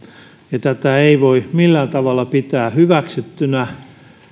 tätä ei voi millään tavalla pitää hyväksyttynä